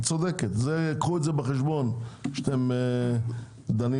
קחו את זה בחשבון כשאתם דנים